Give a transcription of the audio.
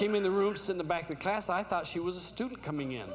came in the roots in the back the class i thought she was a student coming in